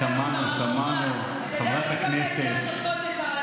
אתה יודע, באתיופיה הן גם שוטפות את הרגליים.